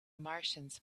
martians